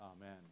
Amen